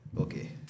okay